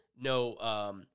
no